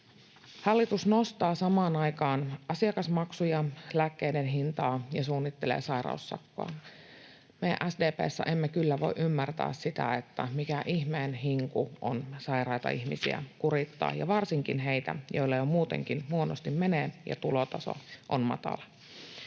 Hallitus nostaa samaan aikaan asiakasmaksuja ja lääkkeiden hintaa ja suunnittelee sairaussakkoa. Me SDP:ssä emme kyllä voi ymmärtää, mikä ihmeen hinku on sairaita ihmisiä kurittaa, ja varsinkin heitä, joilla jo muutenkin huonosti menee ja tulotaso on matala.